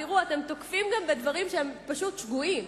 תראו, אתם תוקפים גם בדברים שהם פשוט שגויים.